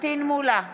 פטין מולא,